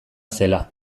zela